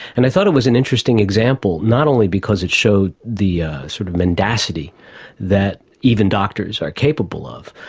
and i thought it was an interesting example, not only because it showed the sort of mendacity that even doctors are capable of,